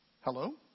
Hello